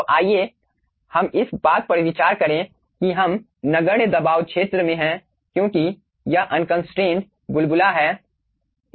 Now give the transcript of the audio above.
तो आइए हम इस बात पर विचार करें कि हम नगण्य दबाव क्षेत्र में हैं क्योंकि यह अनकांस्ट्रेंट बुलबुला है